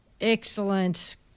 Excellent